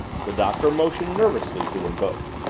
the doctor motioned nervously to them both.